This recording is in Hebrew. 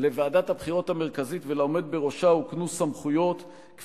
לוועדת הבחירות המרכזית ולעומד בראשה הוקנו סמכויות רבות,